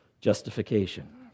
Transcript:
justification